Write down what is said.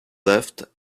left